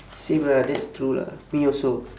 same lah that's true lah me also